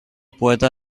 poeta